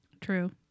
True